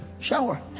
shower